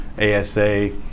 ASA